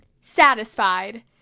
satisfied